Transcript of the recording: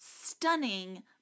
stunning